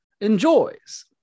enjoys